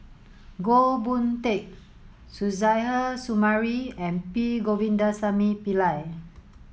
Goh Boon Teck Suzairhe Sumari and P Govindasamy Pillai